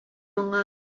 моңа